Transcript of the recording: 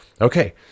Okay